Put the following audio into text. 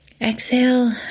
exhale